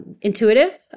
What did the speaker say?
Intuitive